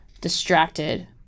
distracted